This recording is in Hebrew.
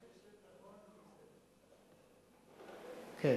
משתמש, כן.